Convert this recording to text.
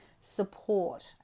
support